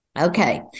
okay